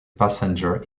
passenger